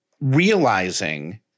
realizing